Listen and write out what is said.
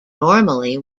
normally